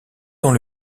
dans